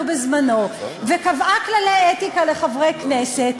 בזמנו וקבעה כללי אתיקה לחברי הכנסת,